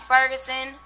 Ferguson